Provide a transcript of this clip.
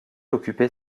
occupait